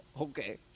Okay